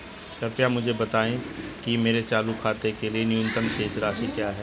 कृपया मुझे बताएं कि मेरे चालू खाते के लिए न्यूनतम शेष राशि क्या है